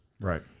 right